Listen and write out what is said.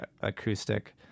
acoustic